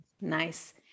Nice